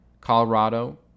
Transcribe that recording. Colorado